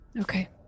okay